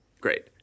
Great